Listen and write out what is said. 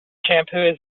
shampoo